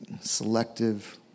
selective